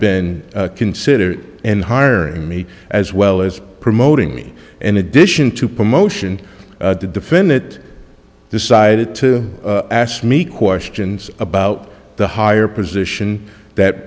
been considered and hiring me as well as promoting me in addition to promotion to defend it decided to ask me questions about the higher position that